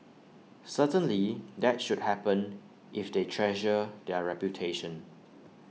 certainly that should happen if they treasure their reputation